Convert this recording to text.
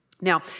now